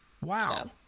Wow